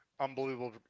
unbelievable